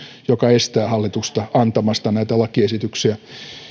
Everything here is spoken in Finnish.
joka estää hallitusta antamasta näitä lakiesityksiä